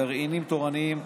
גרעינים תורניים,